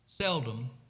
Seldom